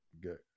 good